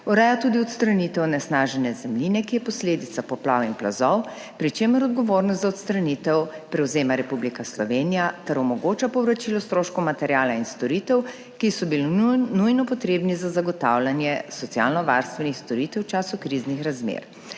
Ureja tudi odstranitev onesnažene zemljine, ki je posledica poplav in plazov, pri čemer odgovornost za odstranitev prevzema Republika Slovenija ter omogoča povračilo stroškov materiala in storitev, ki so nujno potrebni za zagotavljanje socialnovarstvenih storitev v času kriznih razmer.